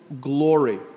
glory